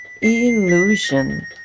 illusion